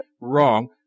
wrong